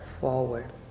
forward